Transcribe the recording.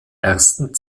ersten